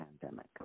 pandemic